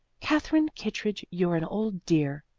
katherine kittredge, you're an old dear,